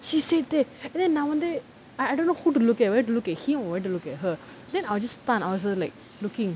she said that then நான் வந்து:naan vanthu I I don't know who to look at whether to look at him or whether to look at her then I'll just stun I also like looking